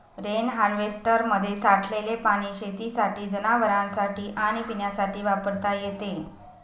rain हार्वेस्टरमध्ये साठलेले पाणी शेतीसाठी, जनावरांनासाठी आणि पिण्यासाठी वापरता येते